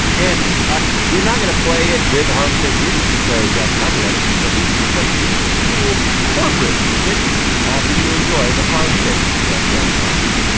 and we're not gonna play it with the harlem shake music, because that's copyrighted, but we've replaced it with some cool corporate music ah for you to enjoy the harlem shake from these australian miners.